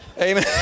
Amen